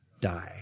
die